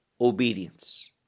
obedience